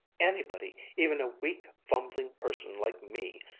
anybody, even a weak fumbling person like me,